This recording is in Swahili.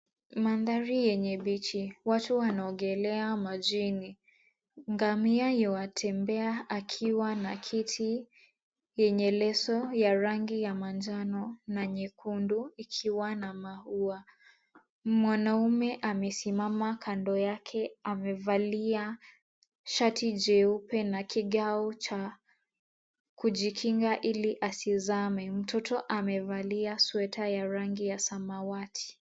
Mandhari yenye bichi. Watu wanaogelea majini. Ngamia yuatembea akiwa na kiti yenye leso ya rangi ya manjano na nyekundu, ikiwa na maua. Mwanaume amesimama kando yake amevalia sharti jeupe na kigao cha kujikinga ili asizame. Mtoto amevalia sweta ya rangi ya samawati.